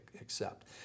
accept